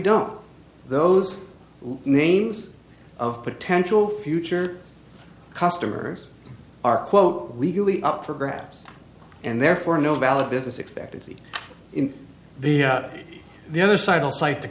don't those names of potential future customers are quote legally up for grabs and therefore no valid business expectancy in the other the other side